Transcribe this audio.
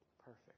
perfect